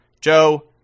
Joe